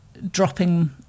dropping